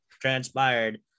transpired